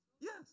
Yes